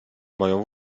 moją